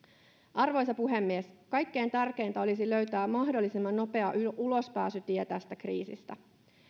arvoisa puhemies kaikkein tärkeintä olisi löytää mahdollisimman nopea ulospääsytie tästä kriisistä